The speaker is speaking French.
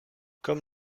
comme